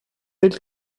telle